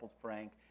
Frank